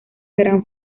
gran